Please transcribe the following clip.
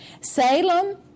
Salem